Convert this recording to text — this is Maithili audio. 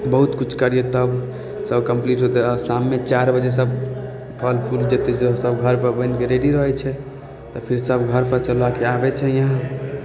बहुत किछु करियौ तब सब कम्पलीट होतय आओर शाममे चारि बजे सब फल फूल जते रहल सब घरपर बनिकऽ घरपर रेडी रहय छै तऽ फिर सब घरपर सँ लऽ के आबय छै यहाँ